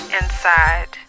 inside